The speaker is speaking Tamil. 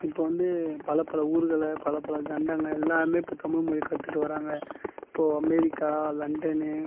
இப்போ வந்து பல பல ஊர்களை பல பல கண்டங்கள் எல்லாமே இப்போ தமிழ்மொழி கத்துட்டு வர்றாங்க இப்போ அமெரிக்கா லண்டன்னு